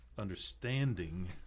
Understanding